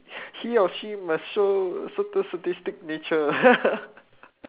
he or she must show certain sadistic nature